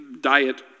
diet